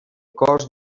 cos